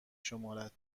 شمرد